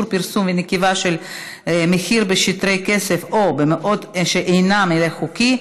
פרסום ונקיבה של מחיר בשטרי כסף או במעות שאינם הילך חוקי),